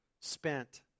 spent